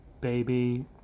baby